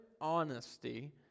honesty